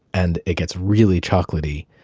and it gets really chocolaty.